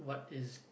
is